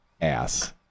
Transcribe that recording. ass